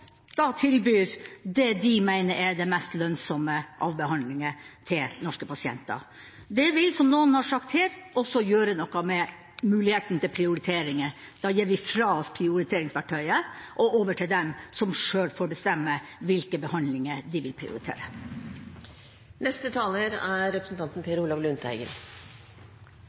tilbyr det de mener er de mest lønnsomme av behandlinger til norske pasienter. Det vil, som noen har sagt her, også gjøre noe med muligheten til prioriteringer. Da gir vi fra oss prioriteringsverktøyet til dem som sjøl får bestemme hvilke behandlinger de vil prioritere. Til representanten